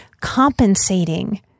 compensating